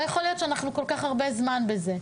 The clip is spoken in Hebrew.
לא יכול להיות שאנחנו כל כך הרבה זמן בזה.